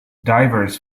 divers